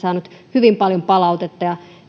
hyvin paljon palautetta